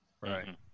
Right